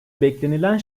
beklenilen